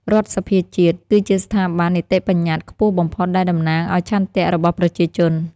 រដ្ឋសភាជាតិ គឺជាស្ថាប័ននីតិបញ្ញត្តិខ្ពស់បំផុតដែលតំណាងឱ្យឆន្ទៈរបស់ប្រជាជន។